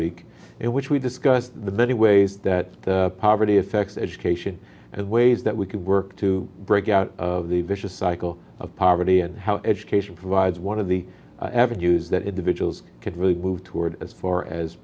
week in which we discussed the many ways that poverty effects education and ways that we can work to break out of the vicious cycle of poverty and how education provides one of the avenues that individuals can really move toward as far as